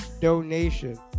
donation